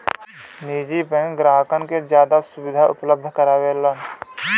निजी बैंक ग्राहकन के जादा सुविधा उपलब्ध करावलन